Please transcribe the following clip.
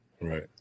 Right